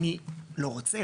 אני לא רוצה,